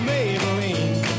Maybelline